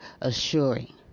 assuring